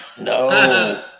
No